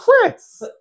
Chris